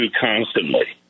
constantly